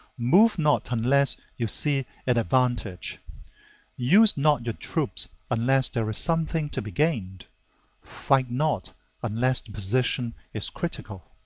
move not unless you see an advantage use not your troops unless there is something to be gained fight not unless the position is critical.